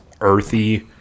earthy